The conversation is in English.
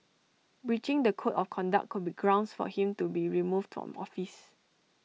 breaching the code of conduct could be grounds for him to be removed from office